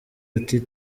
ati